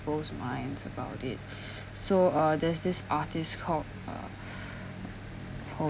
people's minds about it so uh there's this artist called uh